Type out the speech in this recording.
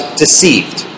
deceived